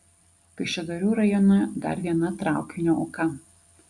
kaišiadorių rajone dar viena traukinio auka